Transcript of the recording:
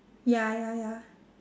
ya ya ya